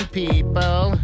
people